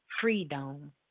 freedom